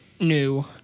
new